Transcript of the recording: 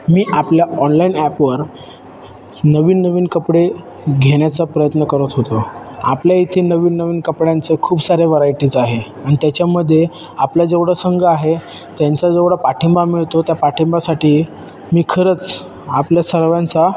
मी आपल्या ऑनलाईन ॲपवर नवीन नवीन कपडे घेण्याचा प्रयत्न करत होतो आपल्या इथे नवीन नवीन कपड्यांचं खूप साऱ्या व्हरायटीज आहे आणि त्याच्यामध्ये आपला जेवढं संघ आहे त्यांचा जेवढा पाठिंबा मिळतो त्या पाठिंब्यासाठी मी खरंच आपल्या सर्वांचा